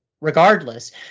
regardless